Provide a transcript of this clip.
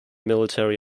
military